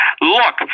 Look